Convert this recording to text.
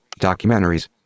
documentaries